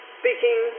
speaking